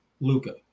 Luca